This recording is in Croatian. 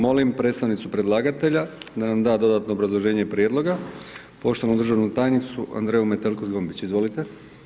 Molim predstavnicu predlagatelja da nam da dodatno obrazloženje prijedloga, poštovanu državnu tajnicu Andreju Metelko Zgombić, izvolite.